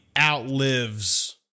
outlives